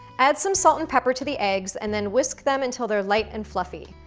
add some salt and pepper to the eggs, and then whisk them until they're light and fluffy.